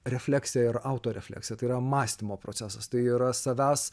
refleksija ir autorefleksija tai yra mąstymo procesas tai yra savęs